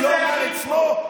אני לא אומר את שמו,